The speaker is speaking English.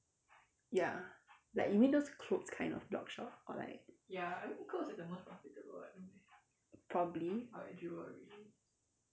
ya like you mean those clothes kind of blogshop or like probably